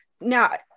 now